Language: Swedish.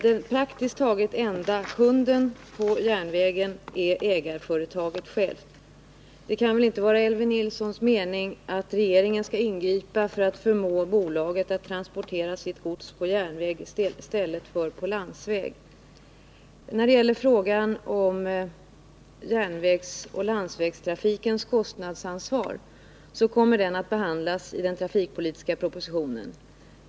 Den praktiskt taget enda kunden på järnvägen är företaget självt. Det kan väl inte vara Elvy Nilssons mening att regeringen skall ingripa för att förmå bolaget att transportera sitt gods på järnväg i stället för på landsväg? Frågan om järnvägsoch landsvägstrafikens kostnadsansvar kommer att behandlas i den trafikpolitiska propositionen.